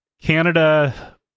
canada